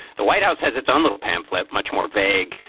the white house has its own little pamphlet, much more vague,